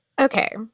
Okay